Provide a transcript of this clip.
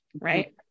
Right